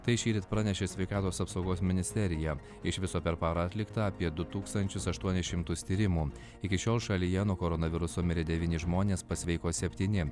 tai šįryt pranešė sveikatos apsaugos ministerija iš viso per parą atlikta apie du tūkstančius aštuonis šimtus tyrimų iki šiol šalyje nuo koronaviruso mirė devyni žmonės pasveiko septyni